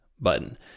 button